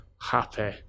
happy